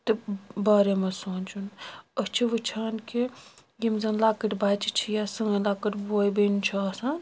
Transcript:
تہِ بارے منٛز سونٛچُن أسۍ چھِ وُچھان کہِ یِم زَن لۄکٕٹۍ بَچہ چھِ یا سٲنۍ لۄکُٹ بوے بیٚنہِ چھُ آسان